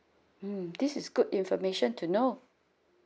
mm this is good information to know